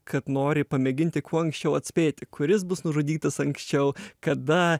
kad nori pamėginti kuo anksčiau atspėti kuris bus nužudytas anksčiau kada